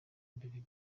mbere